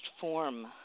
form